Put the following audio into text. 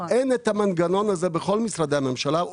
אין את המנגנון הזה בכל משרדי הממשלה.